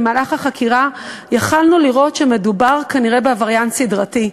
במהלך החקירה יכולנו לראות שמדובר כנראה בעבריין סדרתי.